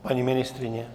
Paní ministryně?